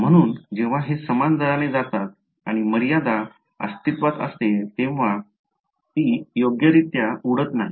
म्हणून जेव्हा ते समान दराने जातात आणि मर्यादा अस्तित्त्वात असते तेव्हा ती योग्यरित्या उडत नाही